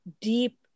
deep